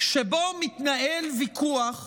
שבו מתנהל ויכוח